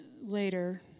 later